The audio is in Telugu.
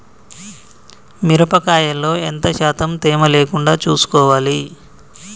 మిరప కాయల్లో ఎంత శాతం తేమ లేకుండా చూసుకోవాలి?